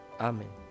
Amen